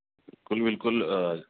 بالکل بالکل